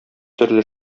төрле